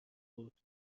بود، چون